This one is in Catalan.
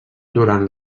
durant